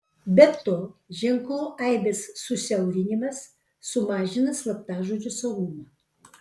be to ženklų aibės susiaurinimas sumažina slaptažodžio saugumą